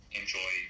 enjoy